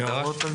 יש הערות?